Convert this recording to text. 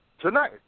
Tonight